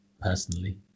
personally